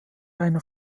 einer